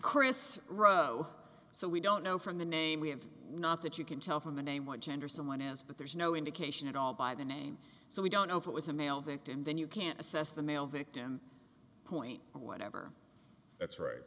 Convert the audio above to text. chris roe so we don't know from the name we have not that you can tell from the name what gender someone is but there's no indication at all by the name so we don't know if it was a male victim then you can't assess the male victim point or whatever that's right